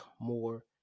more